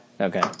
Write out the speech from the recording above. Okay